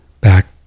back